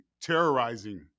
Terrorizing